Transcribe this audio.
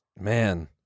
Man